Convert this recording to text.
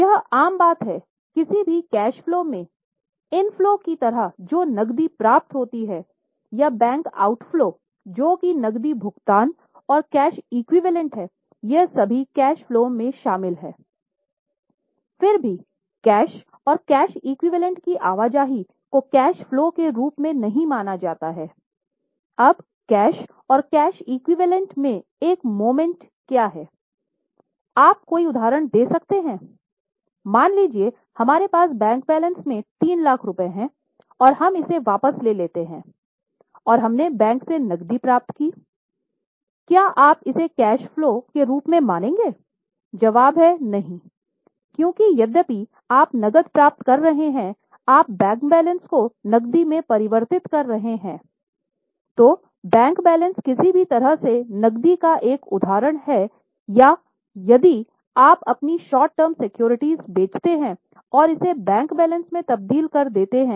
यह आम बात है किसी भी कैश फलो में एक इनफ्लो की तरह जो नकदी प्राप्ति होती है या बैंक आउट फलो जो की नकद भुगतान और कैश एक्विवैलेन्ट हैं ये सभी कैश फलो में शामिल हैं